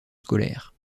scolaire